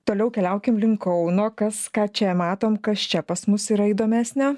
toliau keliaukim link kauno kas ką čia matom kas čia pas mus yra įdomesnio